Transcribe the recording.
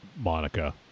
Monica